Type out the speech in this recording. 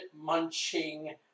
munching